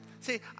See